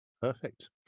Perfect